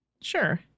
Sure